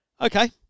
okay